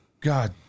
God